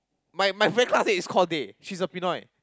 my my friend classmate is called Dhey she's a Pinoy